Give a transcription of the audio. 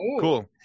cool